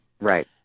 Right